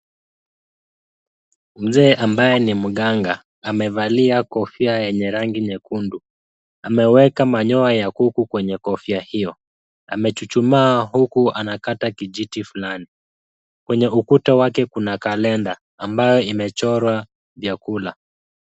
Mzee ambaye ni mganga amevalia kofia yenye rangi nyekundu. Ameweka manyoya ya kuku kwenye kofia hiyo. Amechuchumaa huku anakata kijiti fulani. Kwenye ukuta wake kuna kalenda ambayo imechorwa vyakula.